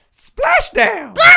Splashdown